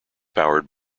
powered